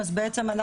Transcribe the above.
אז בעצם,